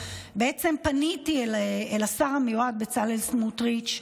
פניתי אל השר המיועד בצלאל סמוטריץ',